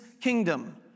kingdom